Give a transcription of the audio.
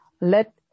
Let